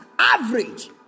Average